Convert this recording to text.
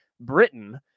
Britain